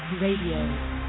Radio